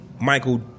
Michael